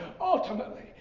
ultimately